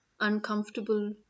uncomfortable